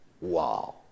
wow